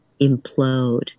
implode